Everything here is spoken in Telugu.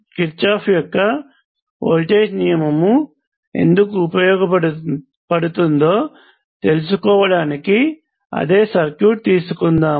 కిర్చాఫ్ యొక్క వోల్టేజ్ నియమము ఎందుకు ఉపయోగపడుతుందో తెలుసుకోవడానికి అదే సర్క్యూట్ తీసుకుందాం